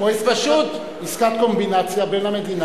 כמו עסקת קומבינציה בין המדינה,